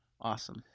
Awesome